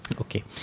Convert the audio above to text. Okay